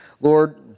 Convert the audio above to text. Lord